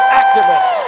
activist